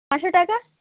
পাঁচশো টাকা